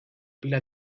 pila